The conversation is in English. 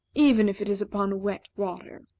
even if it is upon wet water.